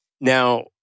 now